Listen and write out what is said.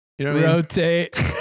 rotate